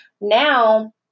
Now